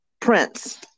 Prince